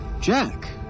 Jack